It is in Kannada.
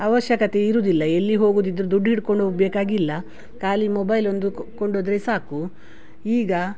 ಅವಶ್ಯಕತೆ ಇರುವುದಿಲ್ಲ ಎಲ್ಲಿ ಹೋಗುದಿದ್ರೂ ದುಡ್ಡು ಹಿಡ್ಕೊಂಡು ಹೋಗಬೇಕಾಗಿಲ್ಲ ಖಾಲಿ ಮೊಬೈಲ್ ಒಂದು ಕೊ ಕೊಂಡೋದರೆ ಸಾಕು ಈಗ